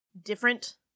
different